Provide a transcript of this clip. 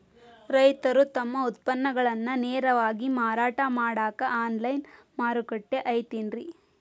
ರೈತರು ತಮ್ಮ ಉತ್ಪನ್ನಗಳನ್ನ ನೇರವಾಗಿ ಮಾರಾಟ ಮಾಡಾಕ ಆನ್ಲೈನ್ ಮಾರುಕಟ್ಟೆ ಐತೇನ್ರಿ?